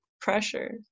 pressure